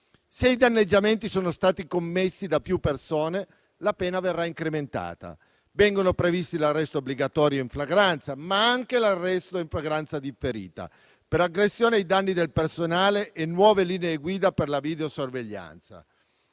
se i danneggiamenti sono stati commessi da più persone, la pena verrà incrementata. Vengono previsti l'arresto obbligatorio in flagranza, ma anche l'arresto in flagranza differita per aggressioni ai danni del personale e nuove linee guida per la videosorveglianza.